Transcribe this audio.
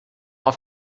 auf